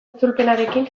itzulpenarekin